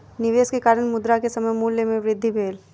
निवेश के कारण, मुद्रा के समय मूल्य में वृद्धि भेल